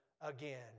again